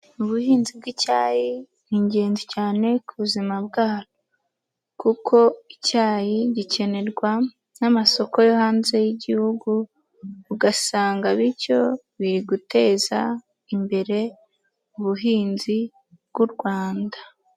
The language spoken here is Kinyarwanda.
Ubuhinzi bw'icyayi ni ingenzi cyane ku buzima bwacu. Kuko icyayi gikenerwa n'amasoko yo hanze y'Igihugu ugasanga bityo biri guteza imbere ubuhinzi bw'u Rwanda.